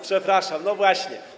Przepraszam, no właśnie.